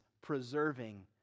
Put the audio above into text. preserving